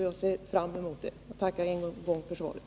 Jag ser fram emot detta, och jag tackar ännu en gång för svaret.